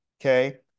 okay